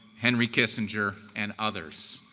henry kissinger and others.